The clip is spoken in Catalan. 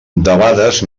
debades